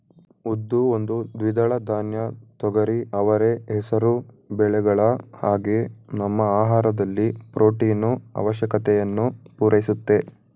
ಉದ್ದು ಒಂದು ದ್ವಿದಳ ಧಾನ್ಯ ತೊಗರಿ ಅವರೆ ಹೆಸರು ಬೇಳೆಗಳ ಹಾಗೆ ನಮ್ಮ ಆಹಾರದಲ್ಲಿ ಪ್ರೊಟೀನು ಆವಶ್ಯಕತೆಯನ್ನು ಪೂರೈಸುತ್ತೆ